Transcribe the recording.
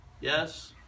Yes